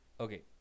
Okay